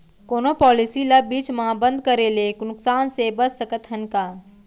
कोनो पॉलिसी ला बीच मा बंद करे ले नुकसान से बचत सकत हन का?